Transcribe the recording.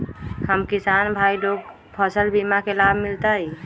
हम किसान भाई लोग फसल बीमा के लाभ मिलतई?